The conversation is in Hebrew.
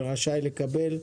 מי רשאי לקבל.